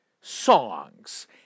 songs